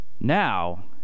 Now